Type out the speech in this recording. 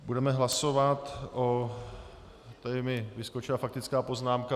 Budeme hlasovat o tady mi vyskočila faktická poznámka.